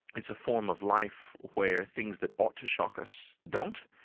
it's a form of life where things that ought to shock us don't.